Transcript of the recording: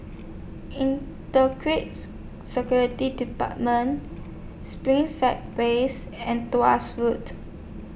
Inter Security department Springside Place and Road